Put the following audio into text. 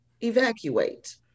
evacuate